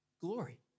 glory